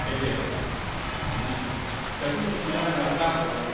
è vero sì caduto più là nella trappola